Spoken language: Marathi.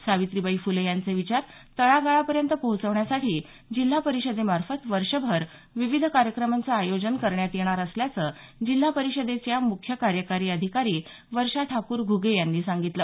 सावित्रीबाई फुले यांचे विचार तळा गाळापर्यंत पोहोचवण्यासाठी जिल्हा परिषदेमार्फत वर्षभर विविध कार्यक्रमांचं आयोजन करण्यात येणार असल्याचं जिल्हा परिषदेच्या मुख्य कार्यकारी अधिकारी वर्षा ठाकूर घ्गे यांनी सांगितलं